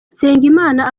nsengimana